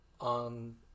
on